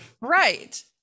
Right